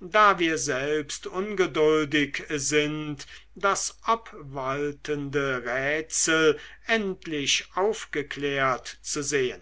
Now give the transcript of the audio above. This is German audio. da wir selbst ungeduldig sind das obwaltende rätsel endlich aufgeklärt zu sehen